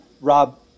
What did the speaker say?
Rob